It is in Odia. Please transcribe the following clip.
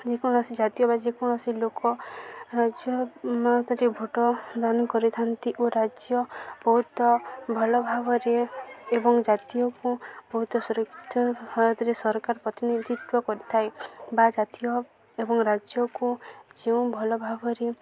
ଯେକୌଣସି ଜାତୀୟ ବା ଯେକୌଣସି ଲୋକ ରାଜ୍ୟ ମତରେ ଭୋଟ ଦାନ କରିଥାନ୍ତି ଓ ରାଜ୍ୟ ବହୁତ ଭଲ ଭାବରେ ଏବଂ ଜାତୀୟକୁ ବହୁତ ସୁରକ୍ଷା ଭାରତରେ ସରକାର ପ୍ରତିନିଧିତ୍ୱ କରିଥାଏ ବା ଜାତୀୟ ଏବଂ ରାଜ୍ୟକୁ ଯେଉଁ ଭଲ ଭାବରେ